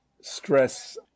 stress